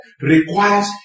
requires